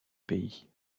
pays